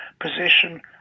position